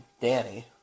Danny